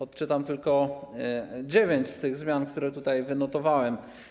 Odczytam tylko dziewięć z tych zmian, które tutaj wynotowałem.